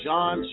John